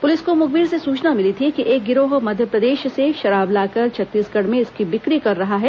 police को मुखबिर से सूचना मिली थी कि एक गिरोह मध्यप्रदेश से शराब लाकर छत्तीसगढ़ में इसकी बिक्री कर रहा है